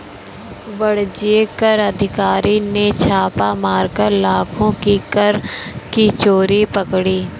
वाणिज्य कर अधिकारी ने छापा मारकर लाखों की कर की चोरी पकड़ी